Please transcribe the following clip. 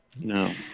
No